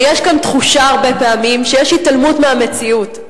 ויש כאן תחושה הרבה פעמים שיש התעלמות מהמציאות.